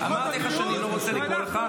אמרתי לך שאני לא רוצה לקרוא לך.